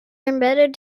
embedded